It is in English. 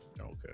Okay